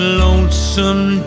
lonesome